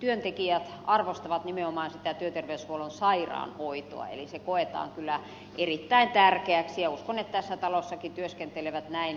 työntekijät arvostavat nimenomaan sitä työterveyshuollon sairaanhoitoa eli se koetaan kyllä erittäin tärkeäksi ja uskon että tässä talossakin työskentelevät näin kokevat